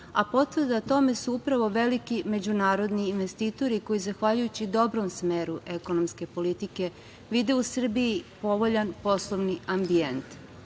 a potvrda tome su upravo veliki međunarodni investitori koji, zahvaljujući dobrom smeru ekonomske politike, vide u Srbiji povoljan poslovni ambijent. Najnoviji